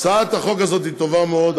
הצעת החוק הזאת היא טובה מאוד.